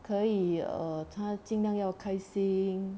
可以 err 他尽量要开心